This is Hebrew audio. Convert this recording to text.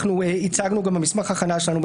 שהצגנו גם במסמך ההכנה שלנו,